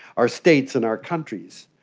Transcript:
our states and our countries.